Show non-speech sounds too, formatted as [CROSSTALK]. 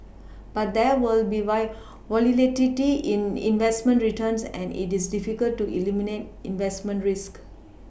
but there will be white [UNINTELLIGIBLE] in investment returns and it is difficult to eliminate investment risk